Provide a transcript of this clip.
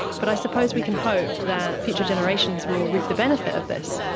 but i suppose we can hope that future generations will reap the benefit of this.